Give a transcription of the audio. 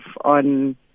on